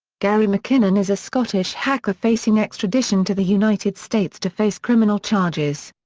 gary mckinnon is a scottish hacker facing extradition to the united states to face criminal charges.